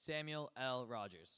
samuel l rogers